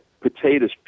potatoes